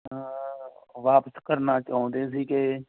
ਵਾਪਸ ਕਰਨਾ ਚਾਹੁੰਦੇ ਸੀਗੇ